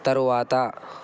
తరువాత